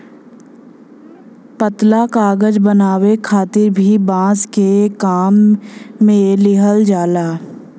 पतला कागज बनावे खातिर भी बांस के काम में लिहल जाला